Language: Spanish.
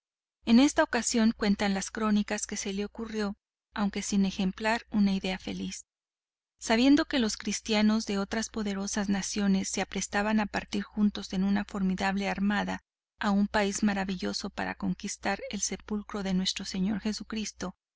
en esta ocasión cuentan las crónicas que se le ocurrió aunque sin ejemplar una idea feliz sabiendo que los cristianos de otras poderosas naciones se prestaban partir juntos con una formidable armada a un país maravilloso para conquistar el sepulcro de nuestro señor jesucristo